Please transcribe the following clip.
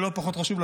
ולא פחות חשוב,